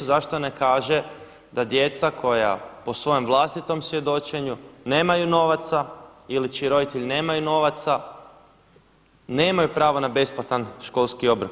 Zašto ne kaže da djeca koja po svojem vlastitom svjedočenju nemaju novaca ili čiji roditelji nemaju novaca, nemaju pravo na besplatan školski obrok.